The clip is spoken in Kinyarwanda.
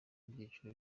ibyiciro